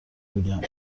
میگم